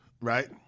right